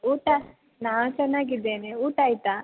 ಊಟ ನಾನು ಚೆನ್ನಾಗಿದ್ದೇನೆ ಊಟ ಆಯಿತಾ